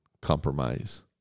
compromise